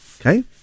Okay